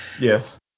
Yes